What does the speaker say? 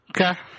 okay